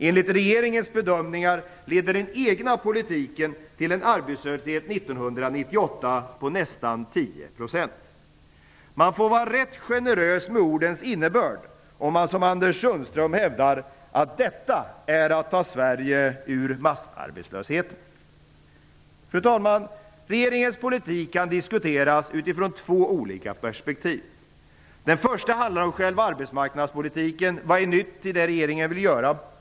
Enligt regeringens bedömningar leder den egna politiken till en arbetslöshet 1998 på nästan 10 %. Man får vara rätt generös med ordens innebörd om man, som Anders Sundström gör, hävdar att detta är att ta Sverige ur massarbetslösheten. Fru talman! Regeringens politik kan diskuteras utifrån två olika perspektiv: Det första handlar om själva arbetsmarknadspolitiken. Vad är nytt i det som regeringen vill göra?